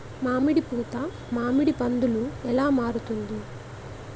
మామిడి పూత మామిడి పందుల ఎలా మారుతుంది?